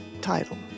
title